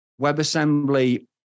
WebAssembly